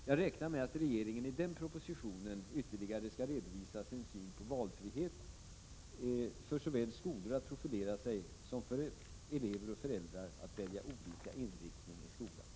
Jag räknar med att regeringen i den propositionen ytterligare skall redovisa sin syn på valfrihet för såväl skolor att profilera sig som för elever och föräldrar att välja olika inriktning i skolan.